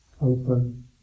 open